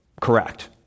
correct